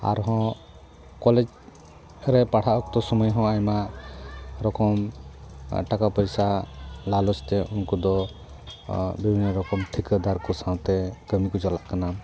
ᱟᱨᱦᱚᱸ ᱠᱚᱞᱮᱡᱽ ᱨᱮ ᱯᱟᱲᱦᱟᱜ ᱚᱠᱛᱚ ᱥᱳᱢᱳᱭ ᱦᱚᱸ ᱟᱭᱢᱟ ᱨᱚᱠᱚᱢ ᱴᱟᱠᱟ ᱯᱚᱭᱥᱟ ᱞᱟᱞᱚᱪ ᱛᱮ ᱩᱱᱠᱩ ᱫᱚ ᱵᱤᱵᱷᱤᱱᱱᱚ ᱨᱚᱠᱚᱢ ᱴᱷᱤᱠᱟᱹᱫᱟᱨ ᱠᱚᱥᱟᱶᱛᱮ ᱠᱟᱹᱢᱤ ᱠᱚ ᱪᱟᱞᱟᱜ ᱠᱟᱱᱟ